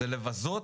זה לבזות